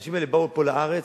האנשים האלה באו לפה לארץ,